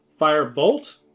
Firebolt